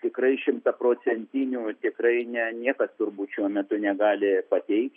tikrai šimtaprocentinių tikrai ne niekas turbūt šiuo metu negali pateikti